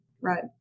Right